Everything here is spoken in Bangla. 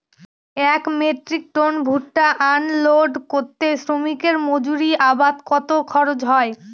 এক মেট্রিক টন ভুট্টা আনলোড করতে শ্রমিকের মজুরি বাবদ কত খরচ হয়?